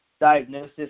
diagnosis